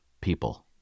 people